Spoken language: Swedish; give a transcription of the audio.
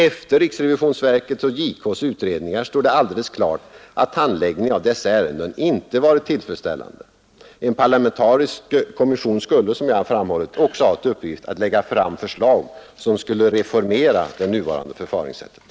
Efter riksrevisionsverkets och justitiekanslerns utredningar står det alldeles klart att handläggningen av dessa ärenden inte varit tillfredsställande. En parlamentarisk undersökningskommission skulle, som jag framhållit, också ha till uppgift att lägga fram förslag som skulle reformera det nuvarande förfaringssättet.